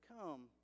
come